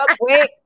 wait